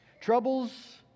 Troubles